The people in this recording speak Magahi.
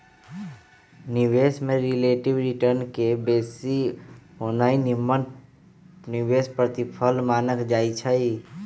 निवेश में रिलेटिव रिटर्न के बेशी होनाइ निम्मन निवेश प्रतिफल मानल जाइ छइ